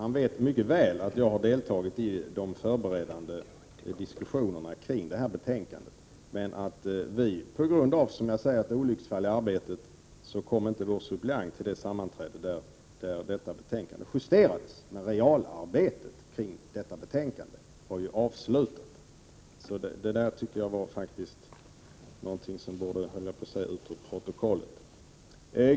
Han vet mycket väl att jag har deltagit i de förberedande diskussionerna om det här betänkandet men att vår suppleant på grund av, som jag sade, ett olycksfall i arbetet inte kom till det sammanträde där betänkandet justerades, men realarbetet beträffande betänkandet var ju avslutat. Så det där tycker jag faktiskt var någonting som inte borde vara med i protokollet.